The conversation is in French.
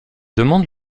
demande